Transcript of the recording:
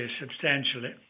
substantially